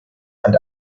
and